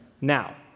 Now